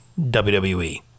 wwe